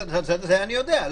זה אני יודע.